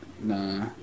Nah